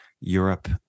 Europe